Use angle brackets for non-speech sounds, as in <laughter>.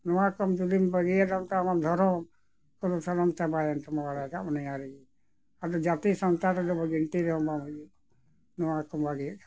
ᱱᱚᱣᱟ ᱠᱚᱢ ᱡᱩᱫᱤᱢ ᱵᱟᱹᱜᱤᱭᱮᱫᱟ <unintelligible> ᱟᱢᱟᱜ ᱫᱷᱚᱨᱚᱢ ᱠᱚᱫᱚ ᱥᱟᱱᱟᱢ ᱪᱟᱵᱟᱭᱮᱱ ᱛᱟᱢᱟ ᱵᱟᱲᱟᱭ ᱠᱟᱜ ᱢᱮ ᱱᱤᱭᱟᱹ ᱨᱮᱜᱮ ᱟᱫᱚ ᱡᱟᱹᱛᱤ ᱥᱟᱱᱛᱟᱲ ᱨᱮᱫᱚ ᱜᱤᱱᱛᱤ ᱨᱮᱦᱚᱸ ᱵᱟᱢ ᱦᱩᱭᱩᱜᱼᱟ ᱱᱚᱣᱟ ᱠᱚᱢ ᱵᱟᱹᱜᱤᱭᱮᱫ ᱠᱷᱟᱱ